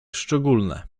szczególne